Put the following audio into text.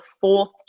fourth